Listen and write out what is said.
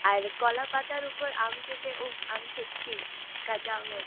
আর কলা পাতার উপর আম কেটে ওঃ আম ছেচকি কাঁচা আমের